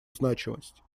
значимость